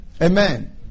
Amen